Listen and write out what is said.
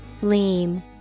Lean